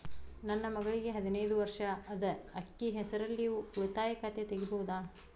ನನ್ನ ಮಗಳಿಗೆ ಹದಿನೈದು ವರ್ಷ ಅದ ಅಕ್ಕಿ ಹೆಸರಲ್ಲೇ ಉಳಿತಾಯ ಖಾತೆ ತೆಗೆಯಬಹುದಾ?